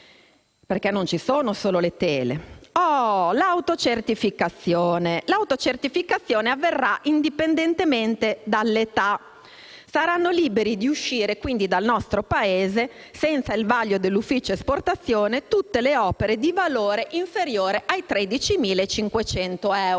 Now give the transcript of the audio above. perché non ci sono solo le tele. A proposito dell'autocertificazione essa è ammessa indipendentemente dall'età. Saranno liberi di uscire dal nostro Paese, senza il vaglio dell'Ufficio esportazione, tutte le opere di valore inferiore ai 13.500 euro.